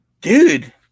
Dude